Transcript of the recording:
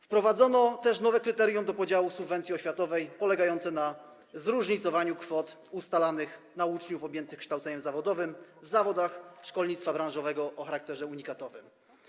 Wprowadzono też nowe kryterium podziału subwencji oświatowej polegające na zróżnicowaniu kwot ustalanych na uczniów objętych kształceniem zawodowym w zawodach szkolnictwa branżowego o charakterze unikatowym.